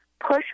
push